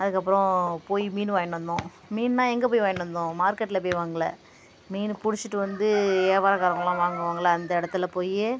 அதற்கப்பறோம் போய் மீன் வாயின்டு வந்தோம் மீன்னா எங்கே போய் வாயின்டு வந்தோம் மார்க்கெட்டில் போய் வாங்கல மீன் பிடிச்சிட்டு வந்து யாவர காரங்கள்லாம் வாங்குவாங்கள்ல அந்த இடத்துல போய்